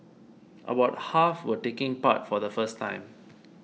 about half were taking part for the first time